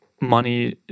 money